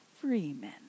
Freeman